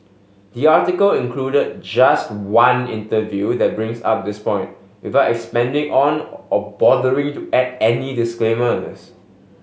the article included just one interview that brings up this point without expanding on or bothering to add any disclaimers